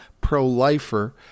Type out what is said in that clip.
pro-lifer